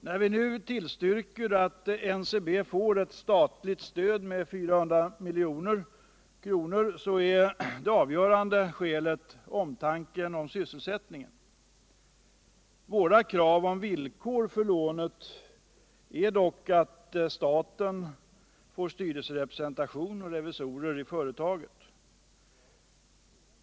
När vi nu tillstyrker ett statligt stöd till NCB på 400 milj.kr. är det avgörande skälet omtanken om sysselsättningen. Våra krav på villkor för lånet är att staten får styrelserepresentant och revisorer i företaget.